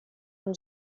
amb